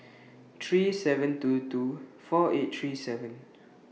three seven two two four eight three seven